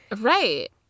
right